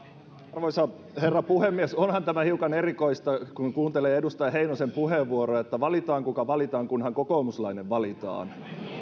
arvoisa herra puhemies onhan tämä hiukan erikoista kun kuuntelee edustaja heinosen puheenvuoroa että valitaan kuka valitaan kunhan kokoomuslainen valitaan